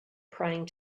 praying